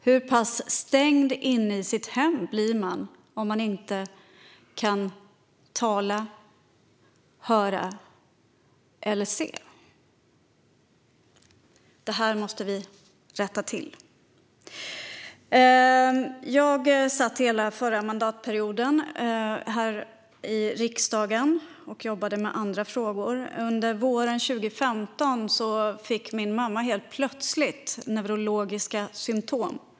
Hur pass stängd inne i sitt hem blir man om man inte kan tala, höra eller se? Detta måste vi rätta till. Jag satt under hela förra mandatperioden här i riksdagen och jobbade med andra frågor. Under våren 2015 fick min mamma helt plötsligt kraftiga neurologiska symtom.